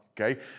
okay